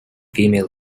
female